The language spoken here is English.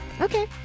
okay